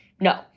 No